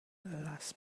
las